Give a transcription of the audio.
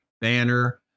Banner